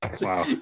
Wow